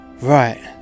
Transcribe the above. Right